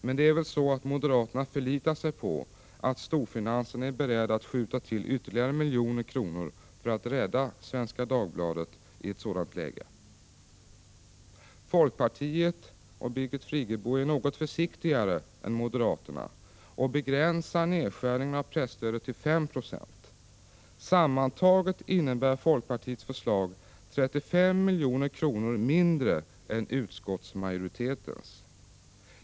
Men det är väl så att moderaterna förlitar sig på att storfinansen är beredd att skjuta till ytterligare miljoner kronor för att rädda Svenska Dagbladet i ett sådant läge. Folkpartiet är något försiktigare än moderaterna och begränsar nedskärningen av presstödet till 5 26. Sammantaget innebär folkpartiets förslag 35 milj.kr. mindre än utskottsmajoritetens.